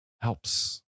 helps